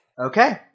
Okay